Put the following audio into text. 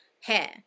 hair